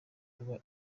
kuba